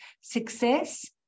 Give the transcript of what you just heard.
success